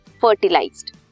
fertilized